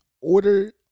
order